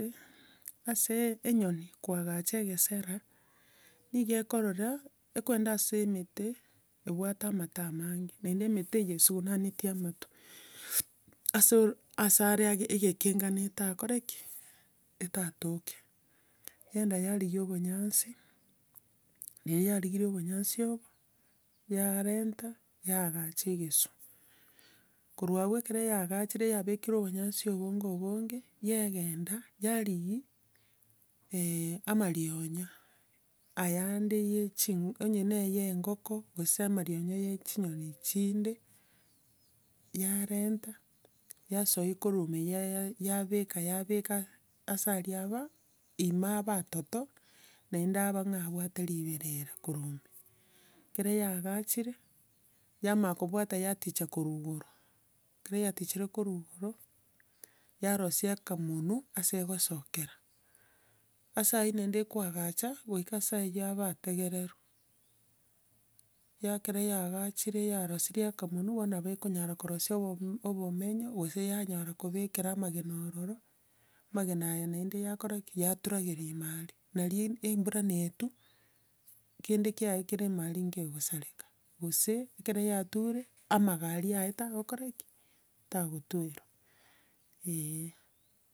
Eh? Ase e- enyoni, koagacha egesera, nigo ekorora, ekogenda ase emete, ebwate amato amange, naende emete eye ensugunanie amato, asoor- ase are age- egekengane takora ki? Etatoke, yagenda yarigia obonyansi kere yarigirie obonyansi obo, yarenta yaagacha egesu. Korwa abwo ekero yaagachire yabekire obonyansi obonge obonge, yagenda, yarigia amarionya, aya aande ya eching'u onya na eye engoko, gose amarionya ya echinyoni chinde, yarenta, yasoia korwa ime, ya- ya- yabeka yabeka, ase aria aba, ima abe atoto, naende abe ng'a abwate riberera korwa ime. Ekero yaagachire, yamanya kobwata yaticha korwa igoro. Ekero yatichire korwa igoro, yarosia akamonwa ase egosokera. Asa aiywo naende ekoagacha, goika ase aiywo abe ategererwa. Ekero yaagachirie yarosirie akamonwa, nabo ekonyara korosia obo- obomenyo, gose yanyara kobekera amagena ororo, amagena aya naende yakora ki? Yaturageria ime aria. Naria embura na etwa, kende kiaye kere ime aria nkegosareka. Gose ekero yature, amaga aria aeta, akore ki? Tagotuerwa, eeh.